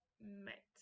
met